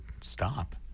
stop